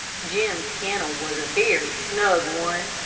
jim's kennel was a very snug one.